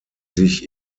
sich